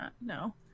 No